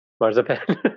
marzipan